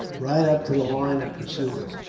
right up to the line of pursuers,